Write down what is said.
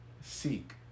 Seek